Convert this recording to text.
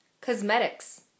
Cosmetics